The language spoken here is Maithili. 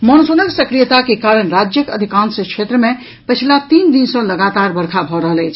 मॉनसूनक सक्रियता के कारण राज्यक अधिकांश क्षेत्र मे पछिला तीन दिन सँ लगातार वर्षा भऽ रहल अछि